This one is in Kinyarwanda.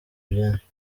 byinshi